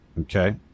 Okay